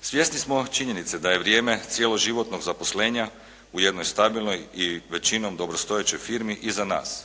Svjesni smo činjenice da je vrijeme cijelo životnog zaposlenja u jednoj stabilnoj i većinom dobrostojećoj firmi iza nas